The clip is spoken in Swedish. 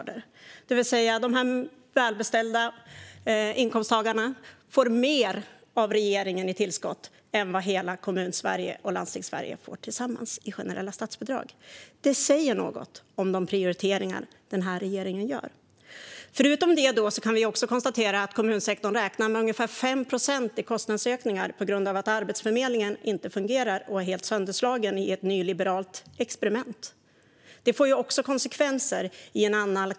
De välbeställda höginkomsttagarna får alltså mer av regeringen i tillskott än vad hela Kommun och landstingssverige får tillsammans i generella statsbidrag. Det säger något om de prioriteringar regeringen gör. Förutom detta kan vi konstatera att kommunsektorn räknar med ungefär 5 procent i kostnadsökningar på grund av att Arbetsförmedlingen inte fungerar utan är helt sönderslagen i ett nyliberalt experiment.